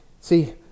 See